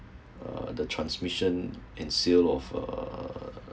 uh the transmission and sale of uh